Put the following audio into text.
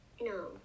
no